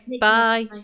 Bye